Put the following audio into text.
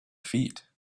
feet